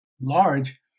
large